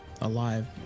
alive